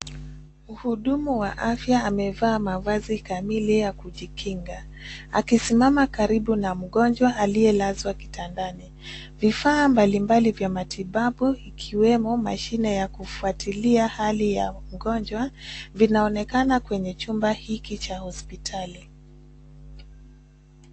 Mhudumu wa afya amevaa mavazi kamili ya kujikinga akisimama karibu na mgonjwa aliyelazwa kitandani. Vifaa mbalimbali vya matibabu ikiwemo mashine ya kufuatilia hali ya mgonjwa vinaonekana kwenye chumba hiki cha hospitali.